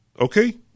Okay